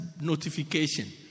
notification